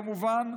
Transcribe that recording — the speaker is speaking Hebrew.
כמובן,